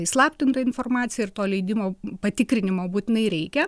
įslaptinta informacija ir to leidimo patikrinimo būtinai reikia